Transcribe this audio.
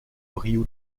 ryu